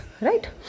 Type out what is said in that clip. Right